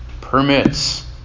permits